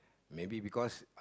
maybe because